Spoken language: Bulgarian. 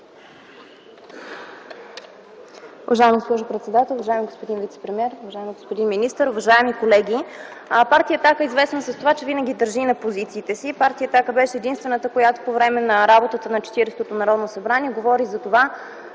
Уважаема госпожо председател, уважаеми господин вицепремиер, уважаеми господин министър, уважаеми колеги! Партия „Атака” е известна с това, че винаги държи на позициите си. Партия „Атака” беше единствената, която по време на работата на Четиридесетото Народно събрание говори за това